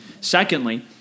Secondly